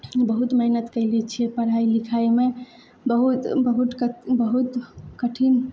बहुत मेहनत कएले छियै पाइ लिखाइमे बहुत बहुत बहुत कठिन